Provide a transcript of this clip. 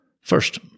First